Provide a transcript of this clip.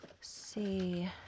see